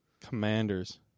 Commanders